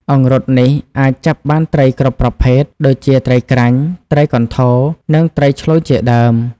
អង្រុតនេះអាចចាប់បានត្រីគ្រប់ប្រភេទ ដូចជាត្រីក្រាញ់ ត្រីកន្ធរ និងត្រីឆ្លូញជាដើម។